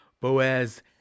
Boaz